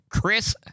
Chris